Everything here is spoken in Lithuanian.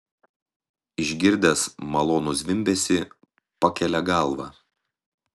išgirdęs malonų zvimbesį pakelia galvą